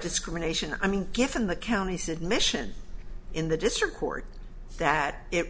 discrimination i mean given the county said mission in the district court that it